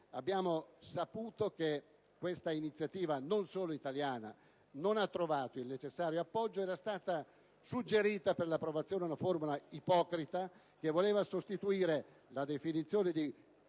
Abbiamo saputo che questa iniziativa non solo italiana, non ha trovato il necessario appoggio: era stata suggerita per l'approvazione una formulazione ipocrita, che voleva sostituire la definizione di